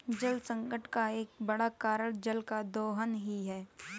जलसंकट का एक बड़ा कारण जल का दोहन ही है